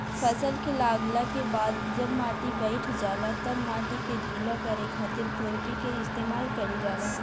फसल के लागला के बाद जब माटी बईठ जाला तब माटी के ढीला करे खातिर खुरपी के इस्तेमाल कईल जाला